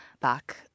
back